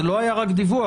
זה לא היה רק דיווח.